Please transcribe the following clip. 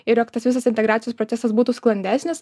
ir jog tas visas integracijos procesas būtų sklandesnis